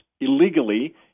illegally